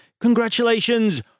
Congratulations